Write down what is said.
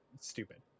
stupid